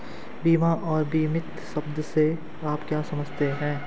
बीमा और बीमित शब्द से आप क्या समझते हैं?